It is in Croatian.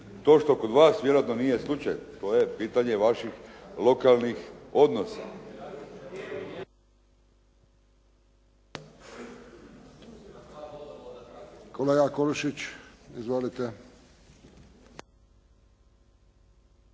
To što kod vas vjerojatno nije slučaj, to je pitanje vaših lokalnih odnosa. **Friščić, Josip